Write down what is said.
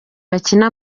bakina